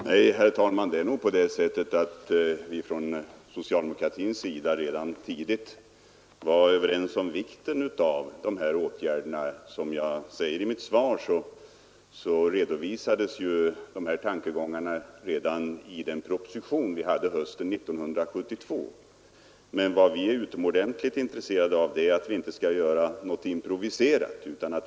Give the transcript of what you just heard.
Herr talman! Nej, vi var inom socialdemokratin redan tidigt överens om vikten av de här åtgärderna. Som jag säger i mitt svar, redovisades ju de här tankegångarna i en proposition redan hösten 1972. Men vad vi är utomordentligt intresserade av är att inte göra något improviserat.